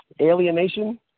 Alienation